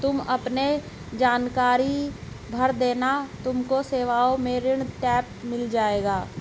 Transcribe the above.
तुम अपने जानकारी भर देना तुमको सेवाओं में ऋण टैब मिल जाएगा